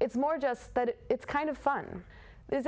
it's more just but it's kind of fun this